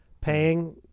paying